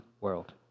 world